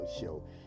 Show